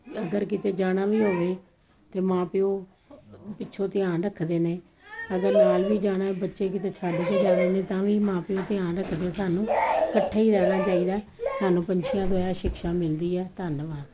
ਅਗਰ ਕਿਤੇ ਜਾਣਾ ਵੀ ਹੋਵੇ ਤਾਂ ਮਾਂ ਪਿਓ ਪਿੱਛੋਂ ਧਿਆਨ ਰੱਖਦੇ ਨੇ ਅਗਰ ਨਾਲ ਵੀ ਜਾਣਾ ਬੱਚੇ ਕਿਤੇ ਛੱਡ ਕੇ ਜਾਣੇ ਨੇ ਤਾਂ ਵੀ ਮਾਂ ਪਿਓ ਧਿਆਨ ਰੱਖਦੇ ਸਾਨੂੰ ਇਕੱਠੇ ਹੀ ਰਹਿਣਾ ਚਾਹੀਦਾ ਸਾਨੂੰ ਪੰਛੀਆਂ ਤੋਂ ਇਹ ਸ਼ਿਕਸ਼ਾ ਮਿਲਦੀ ਹੈ ਧੰਨਵਾਦ